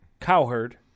Cowherd